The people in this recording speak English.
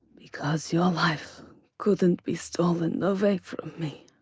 because your life couldn't be stolen away from me.